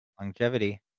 Longevity